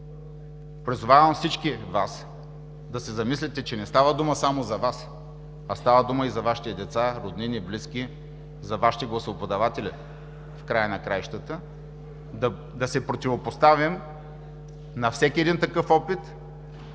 Призовавам всички Вас да се замислите, че не става дума само за Вас, а става дума и за Вашите деца, роднини, близки, за Вашите гласоподаватели в края на краищата! Да се противопоставим на всеки един такъв опит